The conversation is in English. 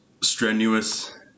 strenuous